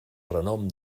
renom